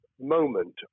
moment